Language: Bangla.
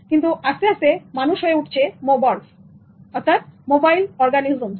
কিন্তু আস্তে আস্তে মানুষ হয়ে উঠছে "মোবর্গস" মোবাইল অর্গানিজমস্